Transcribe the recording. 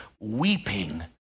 weeping